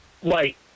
white